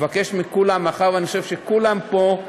אני מבקש מכולם, מאחר שאני חושב שכולם פה,